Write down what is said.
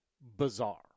bizarre